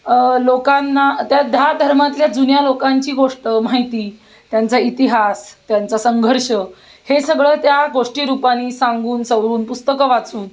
लोकांना त्या दहा धर्मातल्या जुन्या लोकांची गोष्ट माहिती त्यांचा इतिहास त्यांचा संघर्ष हे सगळं त्या गोष्टी रूपाने सांगून सवरून पुस्तकं वाचून